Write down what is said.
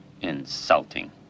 Insulting